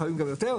לפעמים גם יותר,